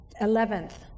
Eleventh